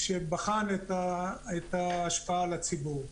שבחן את ההשפעה על הציבור.